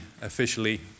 officially